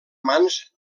mans